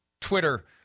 Twitter